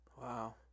Wow